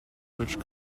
which